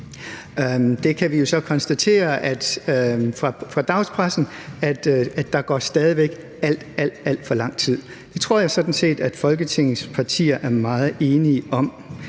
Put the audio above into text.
Vi kan så konstatere fra dagspressen, at der stadig væk går alt, alt for lang tid. Det tror jeg sådan set at Folketingets partier er meget enige om.